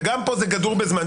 וגם פה זה גדור בזמן.